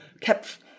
kept